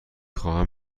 خواهم